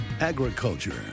agriculture